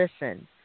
Listen